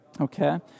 Okay